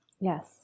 Yes